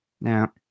Now